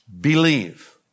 believe